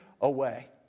away